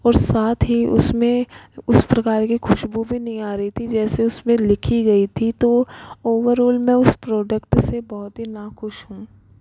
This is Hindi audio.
और साथ ही उसमें उस प्रकार की खुशबू भी नहीं आ रही थी जैसे उसमें लिखी गई थी तो ओवरऑल मैं उस प्रोडक्ट से बहुत ही नाखुश हूँ